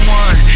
one